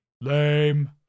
Lame